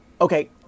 Okay